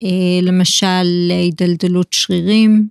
למשל הדלדלות שרירים.